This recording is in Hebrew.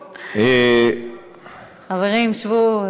חברים, שבו.